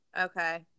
Okay